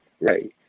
right